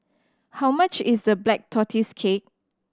how much is the Black Tortoise Cake